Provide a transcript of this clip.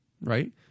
right